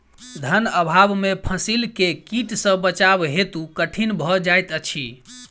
धन अभाव में फसील के कीट सॅ बचाव बहुत कठिन भअ जाइत अछि